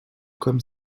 comme